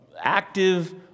active